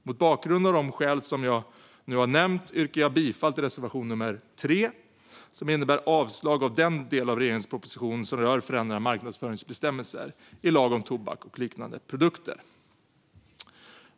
Mot bakgrund av de skäl jag nu nämnt yrkar jag bifall till reservation nummer 3, som innebär avslag på den del av regeringens proposition som rör förändrade marknadsföringsbestämmelser i lagen om tobak och liknande produkter.